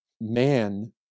Man